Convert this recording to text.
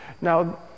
Now